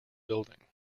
building